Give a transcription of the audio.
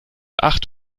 acht